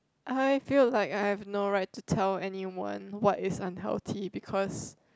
I feel like I've no right to tell anyone what is unhealthy because